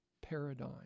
paradigm